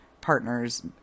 partners